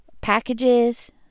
packages